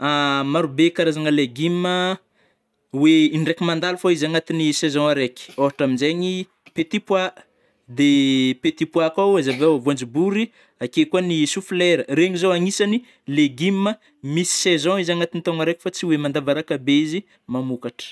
Maro be karazagna légumes ah, oe indraiky mandalo fô izy agnatina saison araiky, ôhatra amizegny petit poids, de petit poids koa o aza aveo de voanjobory, ake kôa ny soflera, regny zô agnisany légumes, misy saison izy agnatiny taogna raiky fa tsy oe mandavaraka be izy mamokatra.